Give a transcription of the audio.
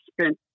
spent